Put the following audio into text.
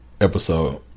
Episode